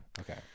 Okay